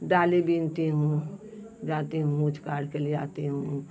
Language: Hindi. डाली बुनती हूँ जाती हूँ मूच काढ़कर ले आती हूँ